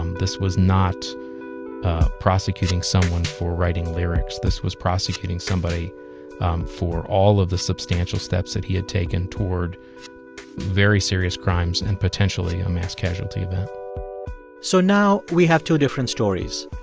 um this was not prosecuting someone for writing lyrics. this was prosecuting somebody um for all of the substantial steps that he had taken toward very serious crimes and potentially a mass casualty event so now we have two different stories.